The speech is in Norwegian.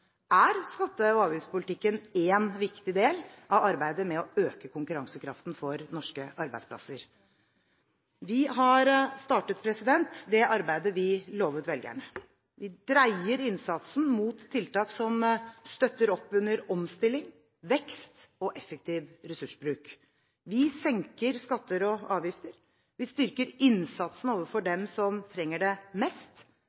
er skatte- og avgiftspolitikken en viktig del av arbeidet med å øke konkurransekraften for norske arbeidsplasser. Vi har startet det arbeidet vi lovet velgerne. Vi dreier innsatsen mot tiltak som støtter opp under omstilling, vekst og effektiv ressursbruk. Vi senker skatter og avgifter, og vi styrker innsatsen overfor